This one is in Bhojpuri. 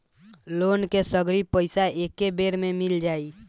लोन के सगरी पइसा एके बेर में मिल जाई?